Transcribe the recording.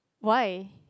why